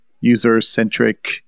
user-centric